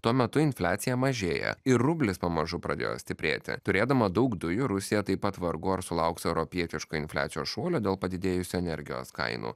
tuo metu infliacija mažėja ir rublis pamažu pradėjo stiprėti turėdama daug dujų rusija taip pat vargu ar sulauks europietiško infliacijos šuolio dėl padidėjusių energijos kainų